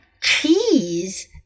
Cheese